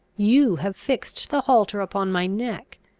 you have fixed the halter upon my neck,